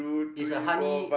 it's a honey